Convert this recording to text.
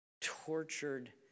tortured